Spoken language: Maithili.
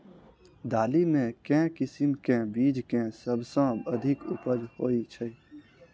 दालि मे केँ किसिम केँ बीज केँ सबसँ अधिक उपज होए छै?